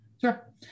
Sure